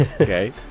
Okay